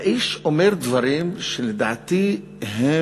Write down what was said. האיש אומר דברים שלדעתי הם